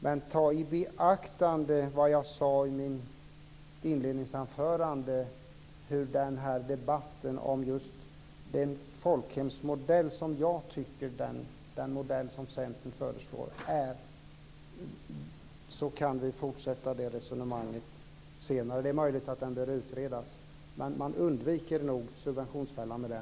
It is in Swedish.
Men ta i beaktande vad jag sade i mitt inledningsanförande när det gäller debatten om den folkhemsmodell som Centern föreslår. Vi kan fortsätta resonemanget senare. Det är möjligt att den bör utredas, men man undviker nog subventionsfällan med den.